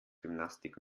gymnastik